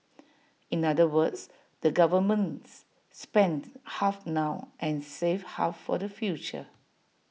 in other words the governments spends half now and saves half for the future